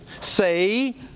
say